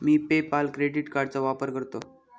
मी PayPal credit कार्डचा वापर करतो